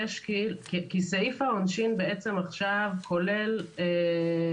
כי סעיף העונשין בעצם עכשיו מתייחס